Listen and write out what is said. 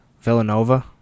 Villanova